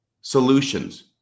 solutions